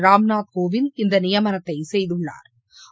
ராம்நாத் கோவிந்த் இந்த நியமனத்தை செய்துள்ளாா்